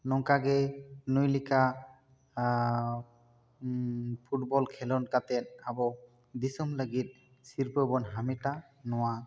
ᱱᱚᱝᱠᱟ ᱜᱮ ᱱᱩᱭ ᱞᱮᱠᱟ ᱯᱷᱩᱴᱵᱚᱞ ᱠᱷᱮᱞᱳᱰ ᱠᱟᱛᱮ ᱟᱵᱚ ᱫᱤᱥᱚᱢ ᱞᱟᱹᱜᱤᱫ ᱥᱤᱨᱯᱷᱟᱹ ᱵᱚᱱ ᱦᱟᱢᱮᱴᱟ ᱱᱚᱣᱟ